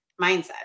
mindset